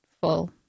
full